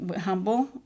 Humble